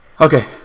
Okay